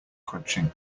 crunching